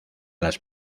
las